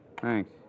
Thanks